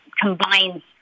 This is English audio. combines